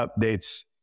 updates